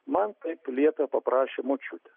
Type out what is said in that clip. man taip liepė paprašė močiutė